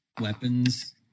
weapons